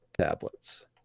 tablets